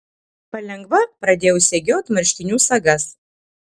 palengva pradėjau segiot marškinių sagas